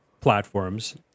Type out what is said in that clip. platforms